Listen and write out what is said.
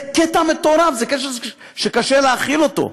זה קטע מטורף, זה קטע שקשה להכיל אותו.